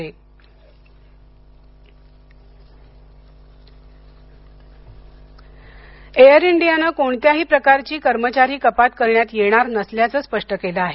कर्मचारी कपात एयर इंडियाने कोणत्याही प्रकारची कर्मचारी कपात करण्यात येणार नसल्याचं स्पष्ट केलं आहे